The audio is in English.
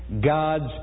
God's